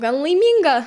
gan laiminga